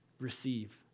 receive